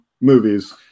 movies